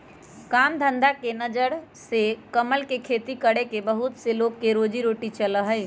काम धंधा के नजर से कमल के खेती करके बहुत से लोग के रोजी रोटी चला हई